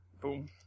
Boom